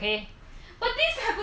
end of the story thoughts